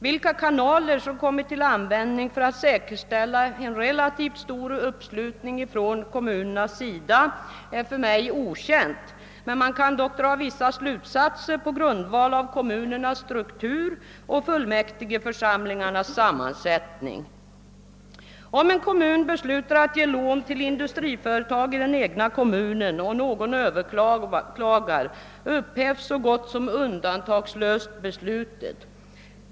Vilka kanaler som kommit till användning för att säkerställa en relativt stor uppslutning från kommunernas sida är för mig okänt. Man kan dock dra vissa slutsatser på grundval av kommunernas struktur och fullmäktigeförsamlingarnas sammansättning. Om en kommun beslutar att ge lån till industriföretag i den egna kommunen och någon överklagar upphävs beslutet så gott som undantagslöst.